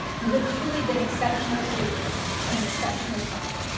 you have truly been exceptional students in an exceptional time.